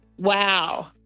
wow